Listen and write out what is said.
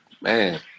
Man